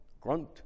grunt